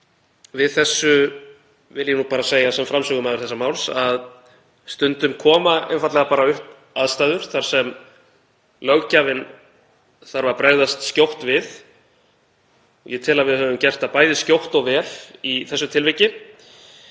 við því vil ég nú bara segja sem framsögumaður þessa máls að stundum koma einfaldlega upp aðstæður þar sem löggjafinn þarf að bregðast skjótt við og ég tel að við höfum gert það bæði skjótt og vel í þessu tilviki.